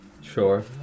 Sure